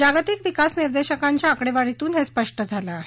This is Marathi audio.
जागतिक विकास निर्देशकांच्या आकडेवारीतून हे स्पष्ट झालं आहे